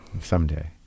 someday